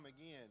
again